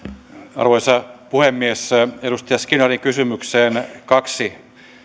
arvoisa puhemies edustaja skinnarin kysymykseen kaksi